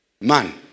Man